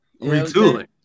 Retooling